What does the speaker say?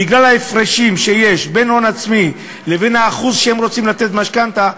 בגלל ההפרשים שיש בין ההון העצמי לבין האחוז שהם רוצים לתת משכנתה,